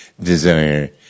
desire